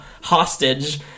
hostage